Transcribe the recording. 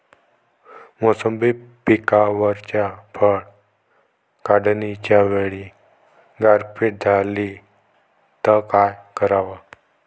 मोसंबी पिकावरच्या फळं काढनीच्या वेळी गारपीट झाली त काय कराव?